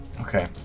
Okay